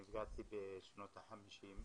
נפגעתי בשנות ה-50',